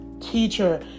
teacher